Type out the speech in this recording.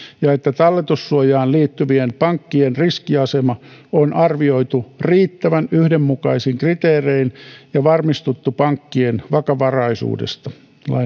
ja että talletussuojaan liittyvien pankkien riskiasema on arvioitu riittävän yhdenmukaisin kriteerein ja varmistuttu pankkien vakavaraisuudesta